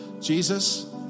Jesus